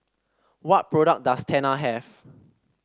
what product does Tena have